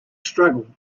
struggle